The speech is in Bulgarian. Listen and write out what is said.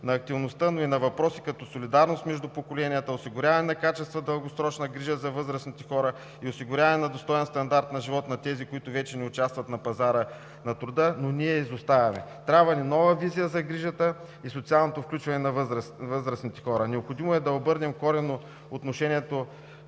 на активността, но и на въпроси, като солидарност между поколенията, осигуряване на качествена дългосрочна грижа за възрастните хора и осигуряване на достоен стандарт на живот на тези, които вече не участват на пазара на труда. Но ние изоставаме. Трябва ни нова визия за грижата и социалното включване на възрастните хора. Необходимо е да обърнем коренно отношението